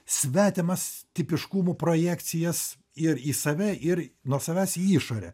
svetimas tipiškumų projekcijas ir į save ir nuo savęs į išorę